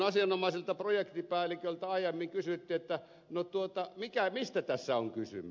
asianomaiselta projektipäälliköltä aiemmin kysyttiin mistä tässä on kysymys